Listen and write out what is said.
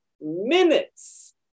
minutes